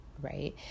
right